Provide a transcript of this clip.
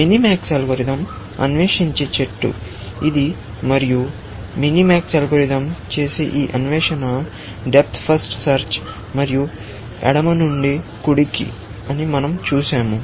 minimax algorithm అన్వేషించే tree ఇది మరియు మినిమాక్స్ అల్గోరిథం చేసే ఈ అన్వేషణ డెప్త్ ఫస్ట్ సెర్చ్ మరియు ఎడమ నుండి కుడికి అని మనం చూశాము